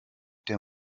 der